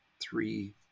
three